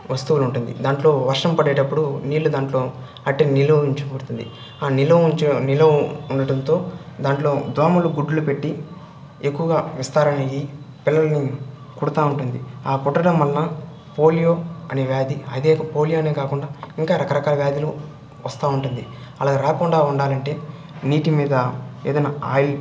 వస్తువులు ఉంటుంది దాంట్లో వర్షం పడేటప్పుడు నీళ్లు దాంట్లో అట్టే నీలో ఉంచబడుతుంది ఆ నిలో నిలో ఉండటంతో దాంట్లో దోమలు గుడ్లు పెట్టి ఎక్కువగా విస్తారణ అయ్యి పిల్లలు కుడతా ఉంటుంది ఆ కుట్టడం వలన పోలియో అనే వ్యాధి అదే పోలియోనే కాకుండా ఇంకా రకరకాల వ్యాధులు వస్తూ ఉంటుంది అలాగా రాకుండా ఉండాలంటే నీటి మీద ఏదైనా ఆయిల్